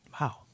wow